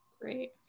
Great